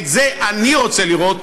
את זה אני רוצה לראות,